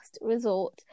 resort